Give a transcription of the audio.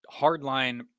hardline